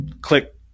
click